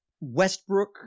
Westbrook